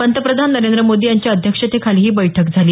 पंतप्रधान नरेंद्र मोदी यांच्या अध्यक्षतेखाली ही बैठक झाली